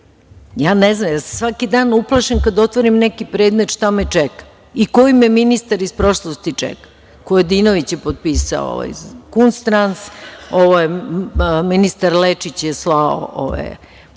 ne znam, ja se svaki dan uplašim kad otvorim neki predmet šta me čeka i koji me ministar iz prošlosti čeka. Kojadinović je potpisao ovaj „Kunstrans“, ministar Lečić je slao te